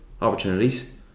opportunities